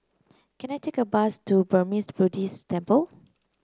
can I take a bus to Burmese Buddhist Temple